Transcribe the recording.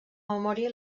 memòria